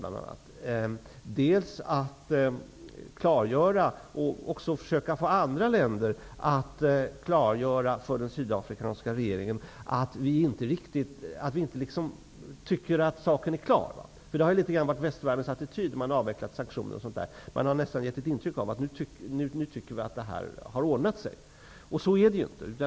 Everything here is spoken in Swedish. För det andra måste vi klargöra, och försöka få andra länder att klargöra, för den sydafrikanska regeringen att vi inte tycker att saken är klar. Man har i västvärlden avvecklat sanktioner och nästan gett ett intryck av att man tycker att det har ordnat sig. Så är det inte.